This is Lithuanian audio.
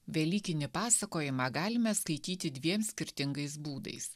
velykinį pasakojimą galime skaityti dviem skirtingais būdais